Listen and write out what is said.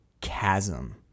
chasm